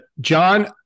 John